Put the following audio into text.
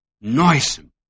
noisome